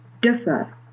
differ